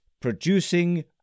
producing